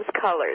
colors